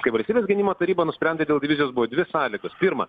kai valstybės gynimo taryba nusprendė dėl divizijos buvo dvi sąlygos pirma